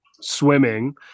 swimming